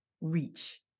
reach